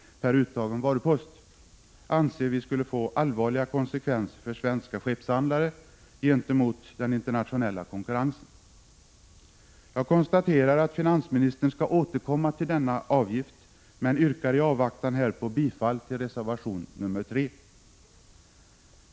per uttagen varupost anser vi skulle få allvarliga konsekvenser för svenska skeppshandlare gentemot den internationella konkurrensen. Jag konstaterar att finansministern skall återkomma till denna avgift, men yrkar i avvaktan härpå bifall till reservation nr 3.